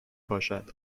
پاشد